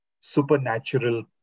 supernatural